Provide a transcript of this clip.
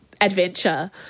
adventure